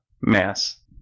mass